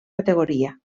categoria